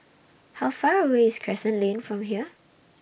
How Far away IS Crescent Lane from here